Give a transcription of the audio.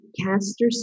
castor